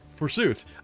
Forsooth